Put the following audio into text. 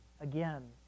again